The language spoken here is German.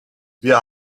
wir